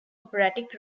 operatic